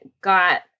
got